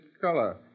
color